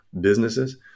businesses